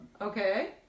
Okay